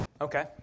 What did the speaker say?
Okay